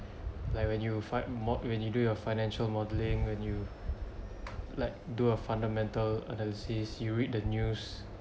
like when you find out more when you do your financial modelling when you like do a fundamental analysis you read the news